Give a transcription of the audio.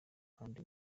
kandi